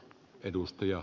arvoisa puhemies